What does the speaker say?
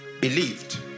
believed